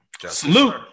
Salute